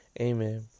Amen